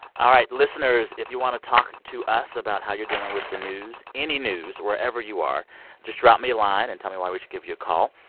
all right, listeners, if you want to talk to us about how you're dealing with the news any news, wherever you are just drop me a line and tell me why we should give you a call.